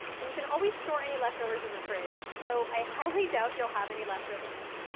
and you can always store any leftovers in the fridge, though i highly doubt you'll have any leftovers.